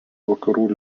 vakarų